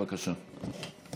בבקשה.